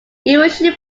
usually